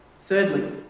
Thirdly